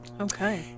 Okay